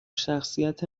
شخصیت